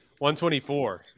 124